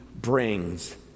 brings